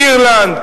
באירלנד?